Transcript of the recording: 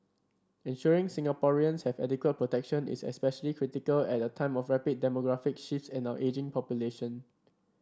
ensuring Singaporeans have adequate protection is especially critical at a time of rapid demographic shifts and our ageing population